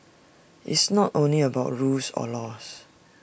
it's not only about rules or laws